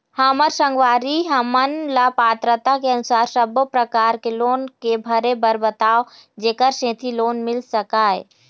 हमर संगवारी हमन ला पात्रता के अनुसार सब्बो प्रकार के लोन के भरे बर बताव जेकर सेंथी लोन मिल सकाए?